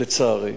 לצערי,